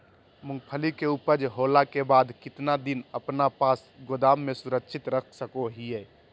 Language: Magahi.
मूंगफली के ऊपज होला के बाद कितना दिन अपना पास गोदाम में सुरक्षित रख सको हीयय?